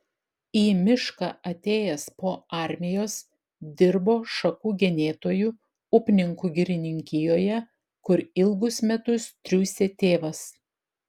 į mišką atėjęs po armijos dirbo šakų genėtoju upninkų girininkijoje kur ilgus metus triūsė tėvas